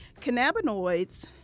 cannabinoids